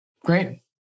Great